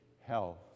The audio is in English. health